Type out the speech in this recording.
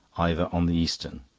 ivor on the eastern.